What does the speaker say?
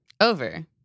Over